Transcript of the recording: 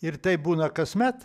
ir taip būna kasmet